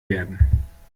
werden